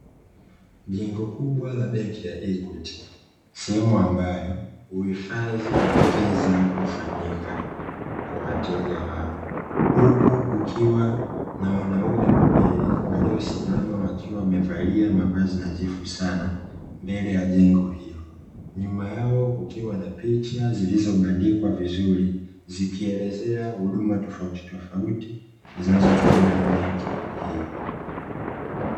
Jengo kubwa la benki ya ikwiti sehemu ambayo uhifadhi wa fedha ufanyika kwa wateja wao huku kukiwa na wanaume wawili waliosimama wakiwa wamevalia mavazi nadhifu sana mbele ya jengo hilo nyuma yao kukiwa na picha zilizobandikwa vizuri zikielezea huduma tofauti tofauti zinazotolewa na benki hiyo.